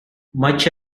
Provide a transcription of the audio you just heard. much